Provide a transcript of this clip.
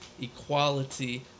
equality